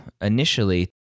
initially